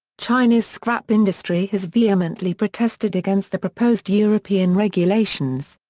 china's scrap industry has vehemently protested against the proposed european regulations.